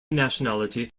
nationality